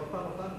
עוד פעם,